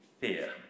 fear